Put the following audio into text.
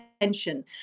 attention